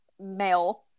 male